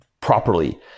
properly